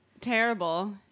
terrible